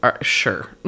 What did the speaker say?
Sure